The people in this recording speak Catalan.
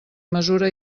mesura